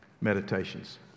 meditations